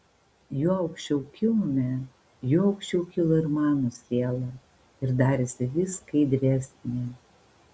juo aukščiau kilome juo aukščiau kilo ir mano siela ir darėsi vis skaidresnė